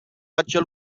acel